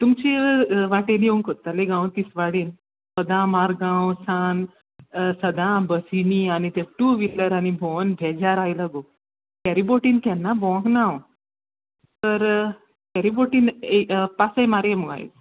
तुमचे वाटेर येवंक सोदताले गो हांव तिसवाडी सदां मारगांवसान सदां बसींनी आनी ते टू व्हिलरांनी भोंवन बेजार आयलो गो फेरीबोटींनी केन्ना भोंवोंक ना हांव तर फेरीबोटीन ए पासय मारया मुगो आयज